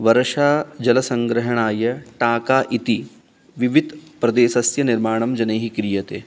वर्षाजलसङ्ग्रहणाय टाका इति विविध प्रदेशस्य निर्माणं जनैः क्रियते